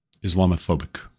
Islamophobic